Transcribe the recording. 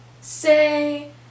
Say